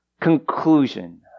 conclusion